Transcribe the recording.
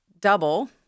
double